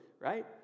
right